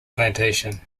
plantation